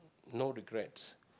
no regrets